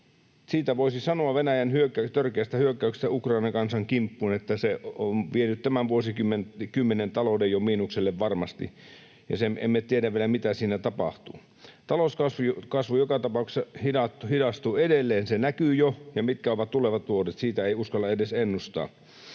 Siitä voisi sanoa, Venäjän törkeästä hyökkäyksestä Ukrainan kansan kimppuun, että se on jo varmasti vienyt tämän vuosikymmen talouden miinukselle, ja emme tiedä vielä, mitä siinä tapahtuu. Talouskasvu joka tapauksessa hidastuu edelleen, se näkyy jo, ja mitkä ovat tulevat vuodet, siitä ei uskalla edes ennustaa.